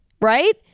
right